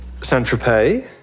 Saint-Tropez